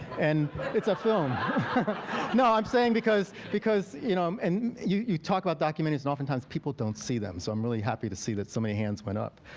and it's a film no, i'm saying because because you know and you talk about documentaries and oftentimes people don't see them, so i'm really happy to see that so many hands went up.